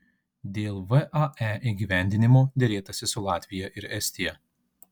dėl vae įgyvendinimo derėtasi su latvija ir estija